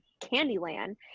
Candyland